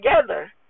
together